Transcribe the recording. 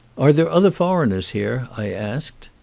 are there other foreigners here? i asked.